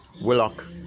Willock